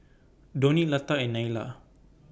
Dhoni Lata and Neila